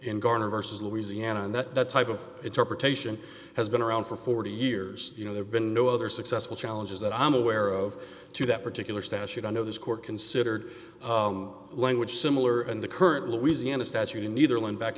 in garner versus louisiana and that that type of interpretation has been around for forty years you know there's been no other successful challenges that i'm aware of to that particular statute i know this court considered language similar and the current louisiana statute in either land back